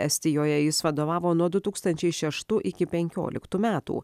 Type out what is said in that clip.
estijoje jis vadovavo nuo du tūkstančiai šeštų iki penkioliktų metų